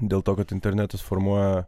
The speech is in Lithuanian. dėl to kad internetas formuoja